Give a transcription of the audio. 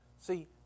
See